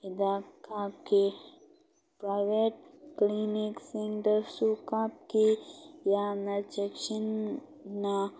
ꯍꯤꯗꯥꯛ ꯀꯥꯞꯈꯤ ꯄꯔꯥꯏꯕꯦꯠ ꯀꯂꯤꯅꯤꯛꯁꯤꯡꯗꯁꯨ ꯀꯥꯞꯈꯤ ꯌꯥꯝꯅ ꯆꯦꯛꯁꯤꯟꯅ